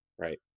right